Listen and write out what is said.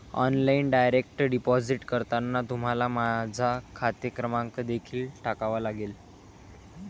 online direct deposit करताना तुम्हाला माझा खाते क्रमांक देखील टाकावा लागेल